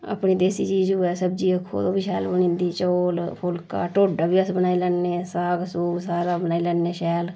अपनी देसी चीज होऐ सब्जी आखो ओह् बी शैल बनी जंदी चौल फुल्का टोडा बी अस बनाई लैन्ने साग सुग सारा बनाई लैन्ने शैल